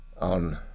on